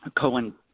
Cohen